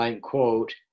quote